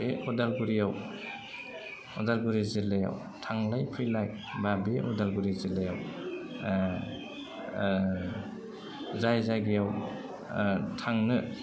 बे उदालगुरियाव उदालगुरि जिल्लायाव थांलाय फैलाय बा बे उदालगुरि जिल्लायाव जाय जायगायाव थांनो